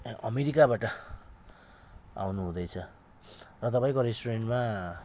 अमेरिकाबाट आउनु हुँदैछ र तपाईँको रेस्टुरेन्टमा